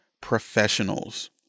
professionals